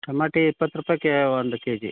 tomato ಇಪ್ಪತ್ತು ರೂಪಾಯ್ಗೆ ಒಂದು ಕೆಜಿ